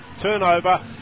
Turnover